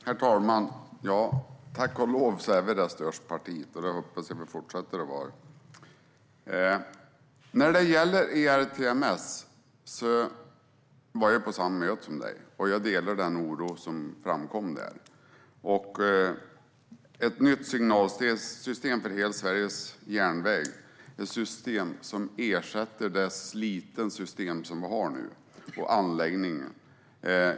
Herr talman! Tack och lov är vi det största partiet, och det hoppas jag att vi fortsätter att vara. När det gäller ERTMS var jag på samma möte som du, Anders Åkesson. Jag delar den oro som framkom där. Det handlar om ett nytt signalsystem för hela Sveriges järnväg - ett system som ersätter det slitna system och den anläggning som vi har nu.